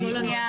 שנייה,